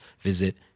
visit